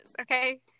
okay